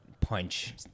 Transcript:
punch